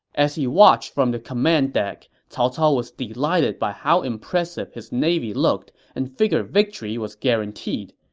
as he watched from the command deck, cao cao was delighted by how impressive his navy looked and figured victory was guaranteed.